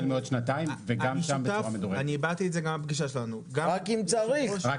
מעוד שנתיים וגם שם בצורה מדורגת רק אם צריך.